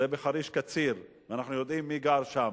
זה בחריש-קציר, אנחנו יודעים מי גר שם.